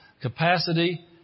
capacity